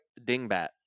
Dingbat